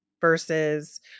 versus